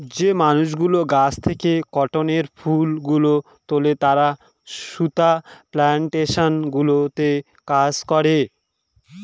যে মানুষগুলো গাছ থেকে কটনের ফুল গুলো তুলে তারা সুতা প্লানটেশন গুলোতে কাজ করে